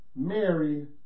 Mary